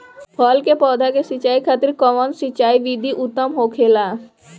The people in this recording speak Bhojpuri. फल के पौधो के सिंचाई खातिर कउन सिंचाई विधि उत्तम होखेला?